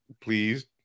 please